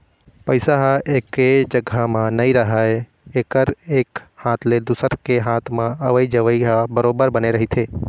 पइसा ह एके जघा म नइ राहय एकर एक हाथ ले दुसर के हात म अवई जवई ह बरोबर बने रहिथे